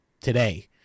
today